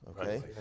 okay